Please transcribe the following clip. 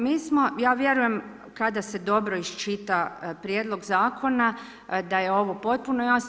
Mi smo, ja vjerujem kada se dobro iščita Prijedlog Zakona da je ovo potpuno jasno.